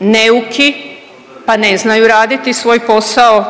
neuki, pa ne znaju raditi svoj posao,